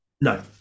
No